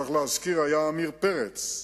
צריך להזכיר, היה עמיר פרץ,